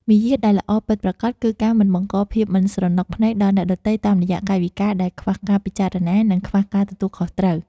មារយាទដែលល្អពិតប្រាកដគឺការមិនបង្កភាពមិនស្រណុកភ្នែកដល់អ្នកដទៃតាមរយៈកាយវិការដែលខ្វះការពិចារណា និង ខ្វះការទទួលខុសត្រូវ។